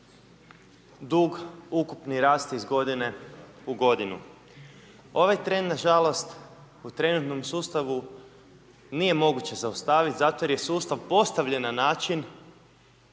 dug ukupni raste iz godine u godinu. Ovaj trend, na žalost, u trenutnom sustavu nije moguće zaustaviti zato jer je sustav postavljen na način